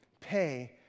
Pay